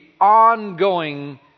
ongoing